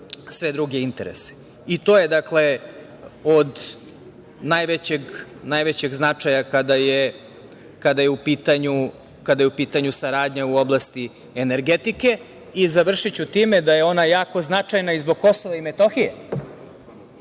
sve druge interese. To je, dakle, od najvećeg značaja kada je u pitanju saradnja u oblasti energetike. Završiću time da je ona jako značajna i zbog Kosova i Metohije.